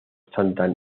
santa